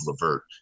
Levert